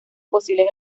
posibles